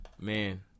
Man